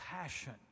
passion